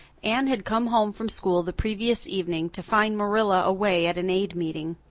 anne had come home from school the previous evening, to find marilla away at an aid meeting,